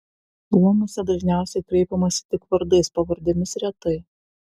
luomuose dažniausiai kreipiamasi tik vardais pavardėmis retai